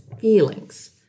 feelings